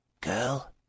Girl